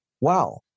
wow